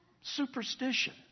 superstition